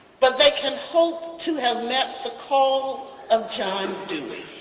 but they can hope to have met the call of john dewey